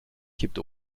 kippt